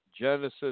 Genesis